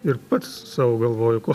ir pats sau galvoju ko